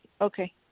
Okay